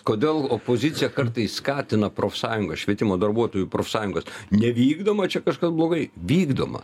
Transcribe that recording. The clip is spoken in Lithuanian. kodėl opozicija kartais skatina profsąjungas švietimo darbuotojų profsąjungas nevykdoma čia kažkas blogai vykdoma